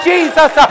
Jesus